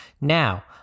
Now